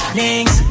links